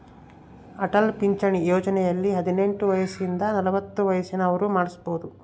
ಅಟಲ್ ಪಿಂಚಣಿ ಯೋಜನೆಯಲ್ಲಿ ಹದಿನೆಂಟು ವಯಸಿಂದ ನಲವತ್ತ ವಯಸ್ಸಿನ ಅವ್ರು ಮಾಡ್ಸಬೊದು